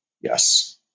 Yes